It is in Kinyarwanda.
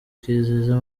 kwizeza